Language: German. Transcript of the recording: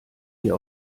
wir